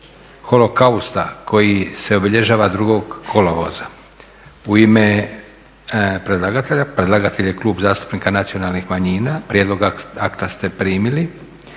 koji se obilježava 02. kolovoza. U ime predlagatelja, predlagatelj je Klub zastupnika Nacionalnih manjina, prijedlog akta ste primili.